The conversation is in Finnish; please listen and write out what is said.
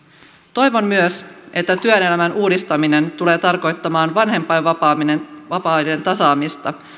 toivon myös että työelämän uudistaminen tulee tarkoittamaan vanhempainvapaiden tasaamista